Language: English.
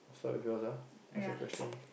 so yours ah ask you a question